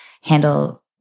handle